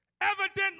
Evidently